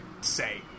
say